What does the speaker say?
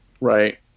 right